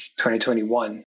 2021